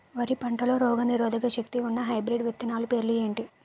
వరి పంటలో రోగనిరోదక శక్తి ఉన్న హైబ్రిడ్ విత్తనాలు పేర్లు ఏంటి?